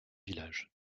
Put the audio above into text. village